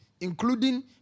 including